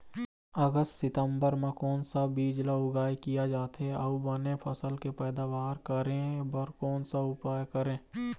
अगस्त सितंबर म कोन सा बीज ला उगाई किया जाथे, अऊ बने फसल के पैदावर करें बर कोन सा उपाय करें?